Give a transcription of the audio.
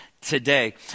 today